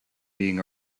being